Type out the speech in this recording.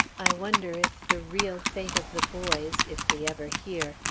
i wonder if the real fate of the boys, if we ever hear,